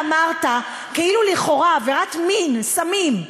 ואמרת שלכאורה עבירת מין, סמים,